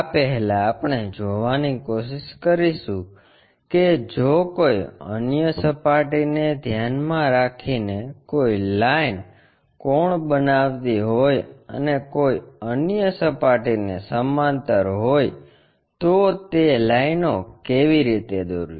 આ પહેલાં આપણે જોવાની કોશિશ કરીશું કે જો કોઈ અન્ય સપાટી ને ધ્યાનમાં રાખીને કોઈ લાઈન કોણ બનાવતી હોય અને કોઈ અન્ય સપાટી ને સમાંતર હોય તો તે લાઈનો કેવી રીતે દોરવી